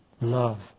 love